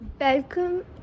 Welcome